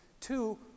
Two